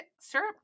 syrup